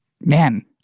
Man